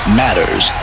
matters